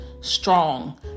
strong